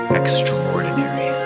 extraordinary